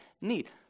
need